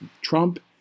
Trump